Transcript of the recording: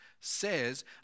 says